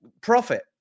Profit